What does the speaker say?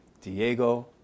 Diego